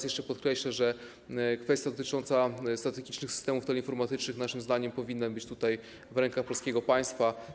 Jeszcze raz podkreślę, że kwestia dotycząca strategicznych systemów teleinformatycznych naszym zdaniem powinna być w rękach polskiego państwa.